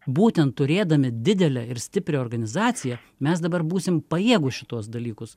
būtent turėdami didelę ir stiprią organizaciją mes dabar būsim pajėgūs šituos dalykus